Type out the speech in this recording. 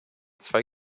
zwei